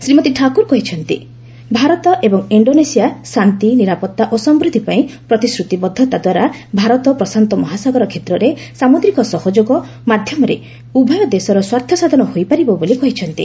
ଶ୍ରୀମତୀ ଠାକୁର କହିଛନ୍ତି ଭାରତ ଏବଂ ଇଣ୍ଡୋନେସିଆ ଶାନ୍ତି ନିରାପତ୍ତା ଓ ସମୃଦ୍ଧି ପାଇଁ ପ୍ରତିଶ୍ରତିବଦ୍ଧତା ଦ୍ୱାରା ଭାରତ ପ୍ରଶାନ୍ତ ମହାସାଗର କ୍ଷେତ୍ରରେ ସାମୁଦ୍ରିକ ସହଯୋଗ ମାଧ୍ୟମରେ ଉଭୟ ଦେଶର ସ୍ୱାର୍ଥ ସାଧନ ହୋଇପାରିବ ବୋଲି କହିଛନ୍ତି